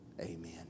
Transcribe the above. Amen